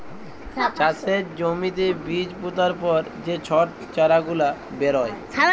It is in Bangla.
চাষের জ্যমিতে বীজ পুতার পর যে ছট চারা গুলা বেরয়